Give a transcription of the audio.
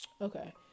Okay